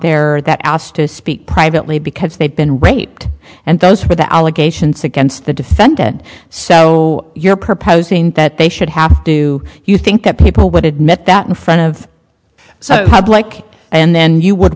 there or that asked to speak privately because they've been raped and those for the allegations against the defendant so you're proposing that they should have do you think that people would admit that in front of so public and then you would